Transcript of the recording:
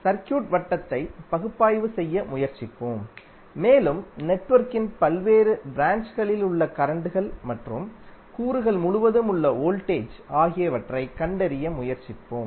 circuit வட்டத்தை பகுப்பாய்வு செய்ய முயற்சிப்போம் மேலும் நெட்வொர்க்கின் பல்வேறு ப்ராஞ்ச் களில் உள்ள கரண்ட்கள் மற்றும் கூறுகள் முழுவதும் உள்ள வோல்டேஜ் ஆகியவற்றைக் கண்டறிய முயற்சிப்போம்